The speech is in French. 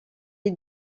est